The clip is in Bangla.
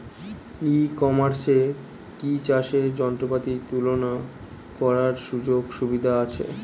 ই কমার্সে কি চাষের যন্ত্রপাতি তুলনা করার সুযোগ সুবিধা আছে?